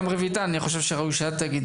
וראוי שגם רויטל תגיד,